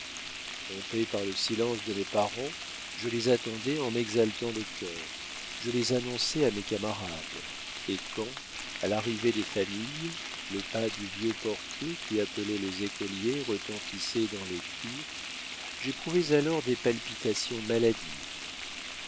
trompé par le silence de mes parents je les attendais en m'exaltant le cœur je les annonçais à mes camarades et quand à l'arrivée des familles le pas du vieux portier qui appelait les écoliers retentissait dans les cours j'éprouvais alors des palpitations maladives